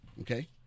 Okay